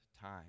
time